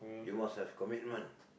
you must have commitment